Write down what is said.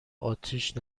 اتش